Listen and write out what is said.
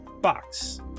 Box